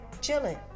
chilling